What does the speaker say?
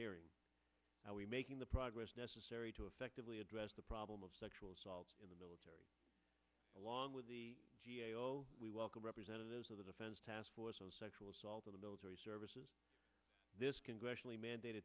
hearing how we making the progress necessary to effectively address the problem of sexual assaults in the military along with we welcome representatives of the defense task force sexual assault of the military services this congressionally mandate